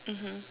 mmhmm